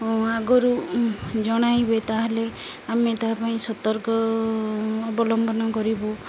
ଆଗରୁ ଜଣାଇବେ ତା'ହେଲେ ଆମେ ତା ପାଇଁ ସତର୍କ ଅବଲମ୍ବନ କରିବୁ